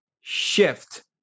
shift